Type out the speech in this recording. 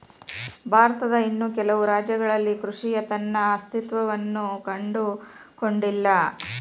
ಭಾರತದ ಇನ್ನೂ ಕೆಲವು ರಾಜ್ಯಗಳಲ್ಲಿ ಕೃಷಿಯ ತನ್ನ ಅಸ್ತಿತ್ವವನ್ನು ಕಂಡುಕೊಂಡಿಲ್ಲ